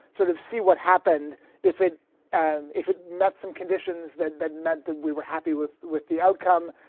sort of see what happened if it and if it met some conditions that that meant that we were happy with with the outcome,